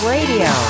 Radio